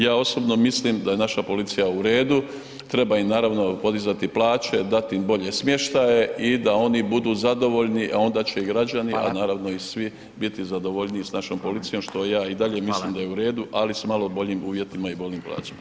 Ja osobno mislim da je naša policija u redu, treba im, naravno, podizati plaće, dat im bolje smještaje i da oni budu zadovoljno, a onda će i građani [[Upadica: Hvala]] a naravno i svi biti zadovoljniji s našom policijom, što ja i dalje mislim [[Upadica: Hvala]] da je u redu, ali s malo boljim uvjetima i boljim plaćama.